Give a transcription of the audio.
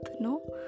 No